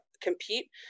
compete